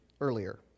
earlier